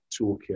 toolkit